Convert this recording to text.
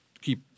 keep